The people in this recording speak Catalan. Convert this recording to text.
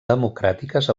democràtiques